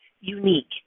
unique